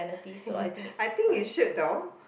I think you should though